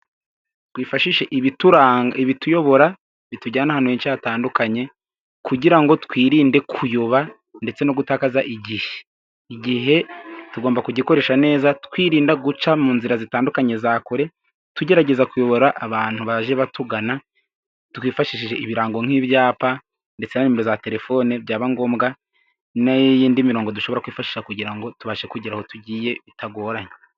Twifashishe ibituranga, ibituyobora bitujyana ahantu henshi hatandukanye, kugira ngo twirinde kuyoba, ndetse no gutakaza igihe, igihe tugomba kugikoresha neza twirinda guca mu nzira zitandukanye za kure, tugerageza kuyobora abantu baje batugana, twifashishije ibirango, nk'ibyapa, ndetse na nimero za telefone, byaba ngombwa n' iy'indi mi mirongo dushobora kwifashisha, kugira ngo tubashe kugera aho tugiye bitagoranye.